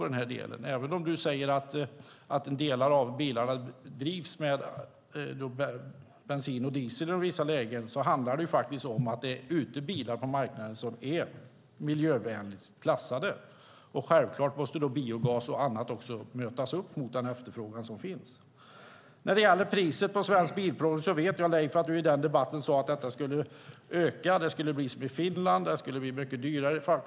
Även om Leif Pettersson säger att vissa bilar drivs med bensin och diesel i vissa lägen handlar det om att det finns bilar på marknaden som är klassade som miljövänliga. Självklart måste biogas och annat möta den efterfrågan som finns. När det gäller priset på Svensk Bilprovning vet jag, Leif, att du i den debatten sade att det skulle bli som i Finland och att det skulle bli mycket dyrare.